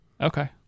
Okay